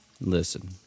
Listen